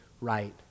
right